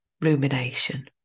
rumination